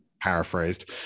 paraphrased